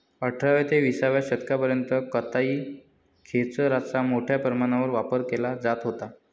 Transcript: अठराव्या ते विसाव्या शतकापर्यंत कताई खेचराचा मोठ्या प्रमाणावर वापर केला जात होता